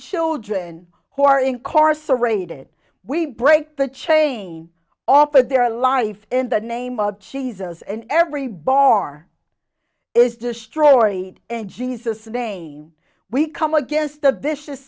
children who are incarcerated we break the chain off of their life in the name of jesus and every bar is destroyed in jesus name we come against a vicious